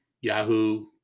Yahoo